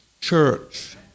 church